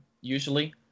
usually